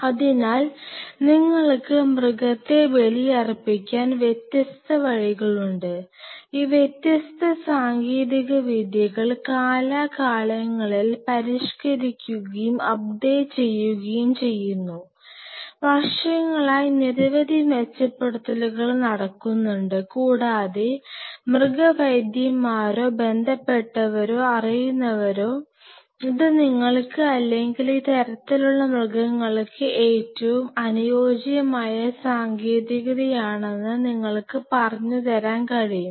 അതിനാൽ നിങ്ങൾക്ക് മൃഗത്തെ ബലിയർപ്പിക്കാൻ വ്യത്യസ്ത വഴികളുണ്ട് ഈ വ്യത്യസ്ത സാങ്കേതിക വിദ്യകൾ കാലാകാലങ്ങളിൽ പരിഷ്കരിക്കുകയും അപ്ഡേറ്റ് ചെയ്യുകയും ചെയ്യുന്നു വർഷങ്ങളായി നിരവധി മെച്ചപ്പെടുത്തലുകൾ നടക്കുന്നുണ്ട് കൂടാതെ മൃഗവൈദ്യൻമാരോ ബന്ധപ്പെട്ടവരോ അറിയുന്നവരോ ഇത് നിങ്ങൾക്ക് അല്ലെങ്കിൽ ഈ തരത്തിലുള്ള മൃഗങ്ങൾക്ക് ഏറ്റവും അനുയോജ്യമായ സാങ്കേതികതയാണെന്ന് നിങ്ങൾക്ക് പറഞ്ഞു തരാൻ കഴിയും